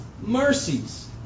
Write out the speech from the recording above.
mercies